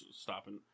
stopping